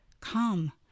Come